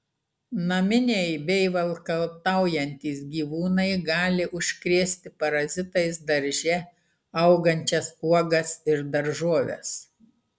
naminiai bei valkataujantys gyvūnai gali užkrėsti parazitais darže augančias uogas ir daržoves